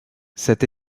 cette